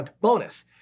bonus